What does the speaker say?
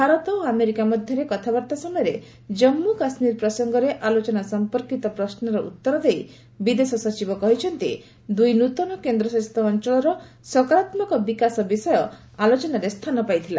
ଭାରତ ଓ ଆମେରିକା ମଧ୍ୟରେ କଥାବାର୍ତ୍ତା ସମୟରେ ଜାମ୍ମୁ କାଶ୍କୀର ପ୍ରସଙ୍ଗରେ ଆଲୋଚନା ସମ୍ପର୍କୀତ ପ୍ରଶ୍ନର ଉତ୍ତର ଦେଇ ବୈଦେଶିକ ସଚିବ କହିଛନ୍ତି ଦୂଇ ନୃତନ କେନ୍ଦ୍ରଶାସିତ ଅଞ୍ଚଳର ସକରାତ୍ମକ ବିକାଶ ବିଷୟରେ ଆଲୋଚନାରେ ସ୍ଥାନ ପାଇଥିଲା